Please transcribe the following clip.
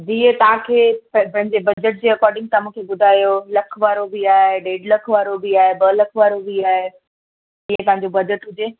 जी हीअ तव्हांखे पे पंहिंजे बजेट जे अकॉर्डिंग तव्हां मूंखे ॿुधायो लखु वारो बि आहे ॾेढु लखु वारो बि आहे ॿ लख वारो बि आहे जीअं तव्हांजो बजट हुजे